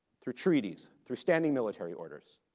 through treaties, through standing military orders,